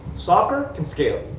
soccer can scale,